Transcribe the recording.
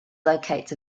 locates